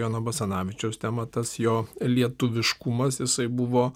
jono basanavičiaus temą tas jo lietuviškumas jisai buvo